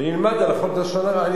ונלמד הלכות לשון הרע.